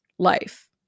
life